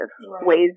Ways